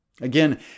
Again